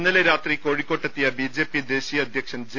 ഇന്നലെ രാത്രി കോഴിക്കോട്ടെത്തിയ ബിജെപി ദേശീയ അധ്യക്ഷൻ ജെ